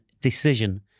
decision